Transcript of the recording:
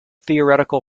theoretical